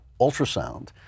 ultrasound